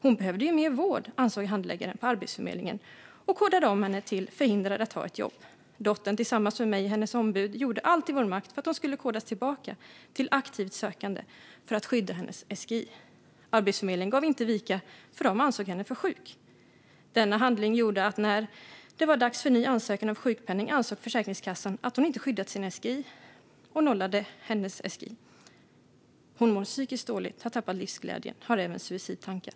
Hon behövde ju mer vård, ansåg handläggaren på Arbetsförmedlingen och kodade om henne till "förhindrad att ta ett jobb". Dottern gjorde tillsammans med mig, hennes ombud, allt som stod i vår makt för att hon skulle kodas tillbaka till "aktivt sökande" för att skydda hennes SGI. Arbetsförmedlingen gav inte vika, för de ansåg henne för sjuk. Denna handling gjorde att när det var dags för en ny ansökan om sjukpenning ansåg Försäkringskassan att hon inte hade skyddat sin SGI och nollade den därför. Hon mår psykiskt dåligt och har tappat livsglädjen. Hon har även suicidtankar.